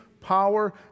power